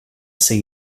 see